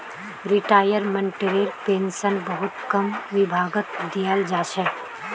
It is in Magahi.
रिटायर्मेन्टटेर पेन्शन बहुत कम विभागत दियाल जा छेक